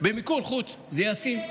במיקור חוץ, זה ישים.